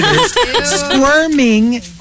squirming